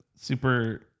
super